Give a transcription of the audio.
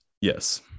Yes